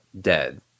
dead